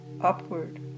upward